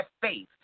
faith